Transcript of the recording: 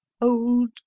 old